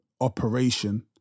operation